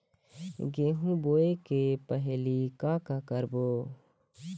गेहूं बोए के पहेली का का करबो?